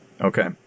Okay